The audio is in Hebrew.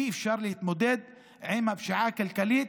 אי-אפשר להתמודד עם הפשיעה הכלכלית,